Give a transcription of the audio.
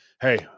hey